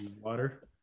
water